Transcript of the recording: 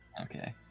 okay